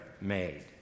made